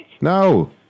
No